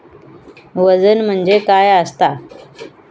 वजन म्हणजे काय असता?